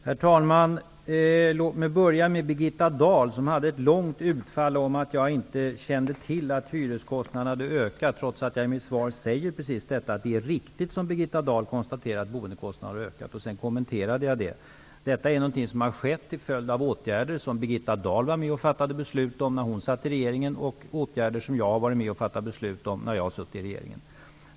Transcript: Herr talman! Låt mig börja med att bemöta Birgitta Dahl, som gjorde ett långt utfall om att jag inte kände till att hyreskostnaderna har ökat. Det sade hon trots att jag i mitt interpellationssvar just säger att det är riktigt att boendekostnaderna som Birgitta Dahl konstaterar har ökat. Sedan kommenterade jag det. Det är någonting som har skett till följd av åtgärder som Birgitta Dahl var med och fattade beslut om när hon satt i regeringen och åtgärder som jag har varit med om att fatta beslut om när jag har suttit i regeringen.